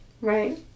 Right